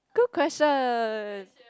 good question